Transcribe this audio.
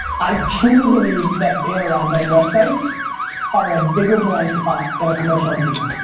i truly believe that banner ads on websites are a bigger blind spot than a commercial on tv.